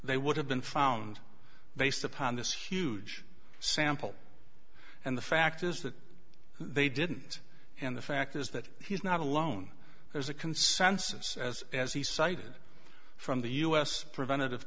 they would have been found based upon this huge sample and the fact is that they didn't and the fact is that he's not alone there's a consensus as as he cited from the u s preventative